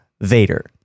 Vader